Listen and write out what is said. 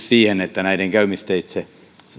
siihen että näiden käymisteitse